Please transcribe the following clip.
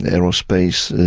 and aerospace,